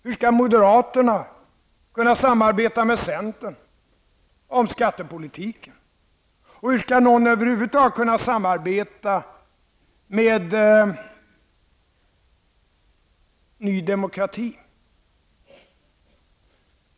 Hur skall moderaterna kunna samarbeta med centern om skattepolitiken? Hur skall någon över huvud taget kunna samarbeta med Ny demokrati?